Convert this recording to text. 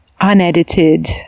unedited